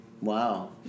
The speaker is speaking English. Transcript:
Wow